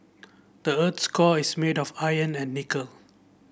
the earth's core is made of iron and nickel